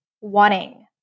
wanting